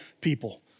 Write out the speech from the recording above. people